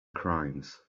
crimes